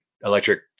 electric